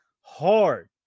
Hard